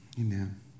Amen